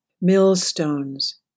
millstones